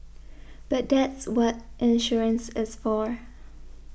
but that's what insurance is for